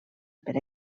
per